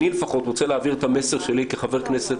אני לפחות רוצה להעביר את המסר שלי כחבר כנסת,